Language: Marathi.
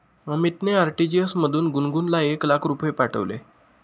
अमितने आर.टी.जी.एस मधून गुणगुनला एक लाख रुपये पाठविले